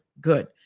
good